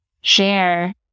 share